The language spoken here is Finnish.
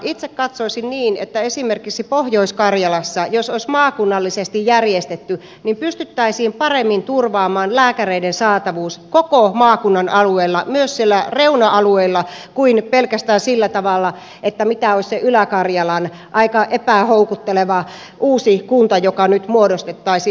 itse katsoisin niin että esimerkiksi pohjois karjalassa jos ne olisi maakunnallisesti järjestetty pystyttäisiin paremmin turvaamaan lääkäreiden saatavuus koko maakunnan alueilla myös siellä reuna alueilla kuin pelkästään sillä tavalla että olisi se ylä karjalan aika epähoukutteleva uusi kunta joka nyt muodostettaisiin